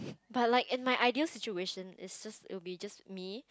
but like in my ideal situation is just it'll be just me